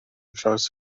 draws